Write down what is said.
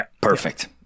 Perfect